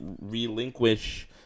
relinquish